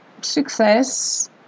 success